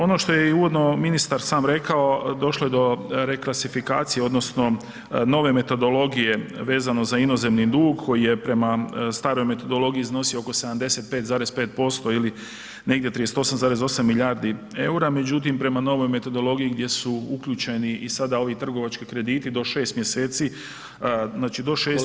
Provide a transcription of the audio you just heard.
Ono što je i uvodno ministar sam rekao došlo je do reklasifikacije odnosno nove metodologije vezano za inozemni dug koji je prema staroj metodologiji iznosi oko 75,5% ili negdje 38,8 milijardi EUR-a, međutim prema novoj metodologiji gdje su uključeni i sada ovi trgovački krediti do 6 mjeseci, znači do 6